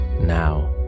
Now